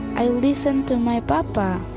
i listened to my but